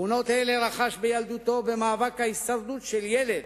תכונות אלה רכש בילדותו, במאבק ההישרדות של ילד